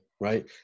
right